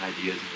ideas